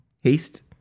Haste